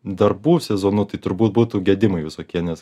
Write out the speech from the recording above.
darbų sezonu tai turbūt būtų gedimai visokie nes